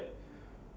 ya